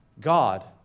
God